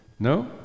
No